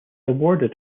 awarded